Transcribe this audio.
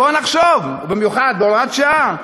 ובמיוחד בהוראת שעה.